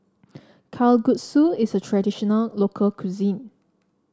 Kalguksu is a traditional local cuisine